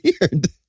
weird